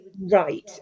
right